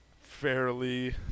fairly